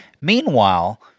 Meanwhile